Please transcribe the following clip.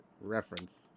Reference